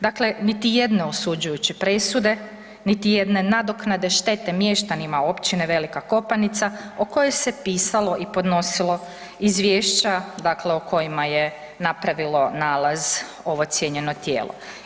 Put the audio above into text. Dakle, niti jedne osuđujuće presude, niti jedne nadoknade štete mještanima općine Velika Kopanica o kojoj se pisalo i podnosilo izvješća dakle o kojima je napravilo nalaz ovo cijenjeno tijelo.